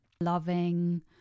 loving